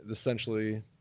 essentially